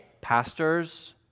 Pastors